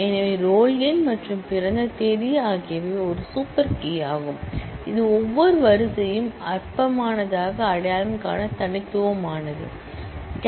எனவே ரோல் எண் மற்றும் பிறந்த தேதி ஆகியவை ஒரு சூப்பர் கீ யாகும் ரோல் நம்பரும் டேட் ஆப் பர்த்தும் சூப்பர் கீ அவை ரோவை யுனிக்காக ஐடன்டிபய் செய்யும்